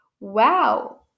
Wow